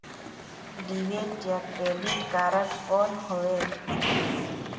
Debit या credit card कौन होएल?